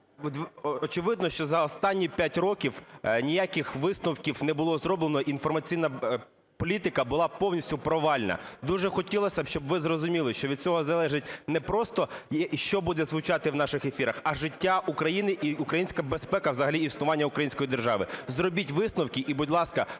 очевидно, що за останні 5 років ніяких висновків не було зроблено, інформаційна політика була повністю провальна. Дуже хотілось би, щоб ви зрозуміли, що від цього залежить не просто, що буде звучати в наших ефірах, а життя України і українська безпека, взагалі існування української держави. Зробіть висновки, і, будь ласка,